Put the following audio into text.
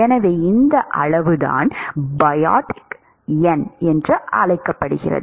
எனவே இந்த அளவுதான் பயோட் எண் என்று அழைக்கப்படுகிறது